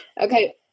okay